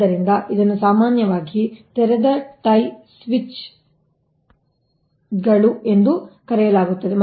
ಆದ್ದರಿಂದ ಇದನ್ನು ಸಾಮಾನ್ಯವಾಗಿ ತೆರೆದ ಟೈ ಸ್ವಿಚ್ಗಳು ಎಂದು ಕರೆಯಲಾಗುತ್ತದೆ